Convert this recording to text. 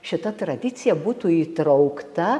šita tradicija būtų įtraukta